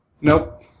Nope